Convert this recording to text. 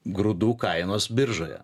grūdų kainos biržoje